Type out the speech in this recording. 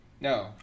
No